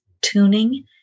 tuning